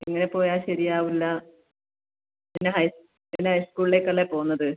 ഇങ്ങനെ പോയാൽ ശരി ആവില്ല ഇനി ഇനി ഹൈസ്കൂളിലേക്ക് അല്ലേ പോവുന്നത്